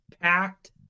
packed